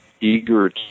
eager